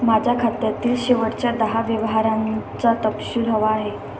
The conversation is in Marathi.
माझ्या खात्यातील शेवटच्या दहा व्यवहारांचा तपशील हवा आहे